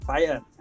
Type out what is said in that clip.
Fire